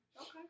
Okay